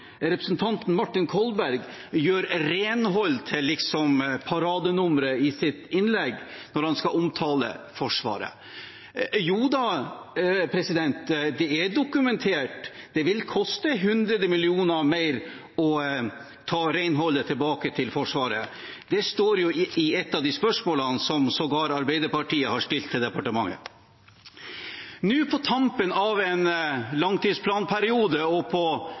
representanten Martin Kolberg gjør renhold til paradenummeret i sitt innlegg når han skal omtale Forsvaret. Joda, det er dokumentert at det vil koste 100 mill. kr mer å ta renholdet tilbake til Forsvaret. Det står jo i ett av de spørsmålene som sågar Arbeiderpartiet har stilt til departementet. Nå, på tampen av en langtidsplanperiode og på